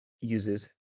uses